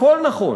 הכול נכון.